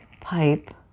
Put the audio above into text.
pipe